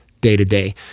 day-to-day